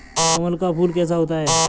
कमल का फूल कैसा होता है?